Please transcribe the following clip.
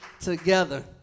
together